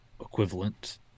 equivalent